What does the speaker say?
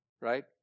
right